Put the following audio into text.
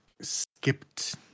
skipped